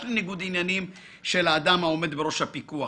לניגוד עניינים של האדם העומד בראש הפיקוח,